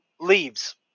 Leaves